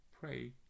pray